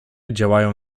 działają